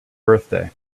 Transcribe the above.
birthday